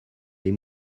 les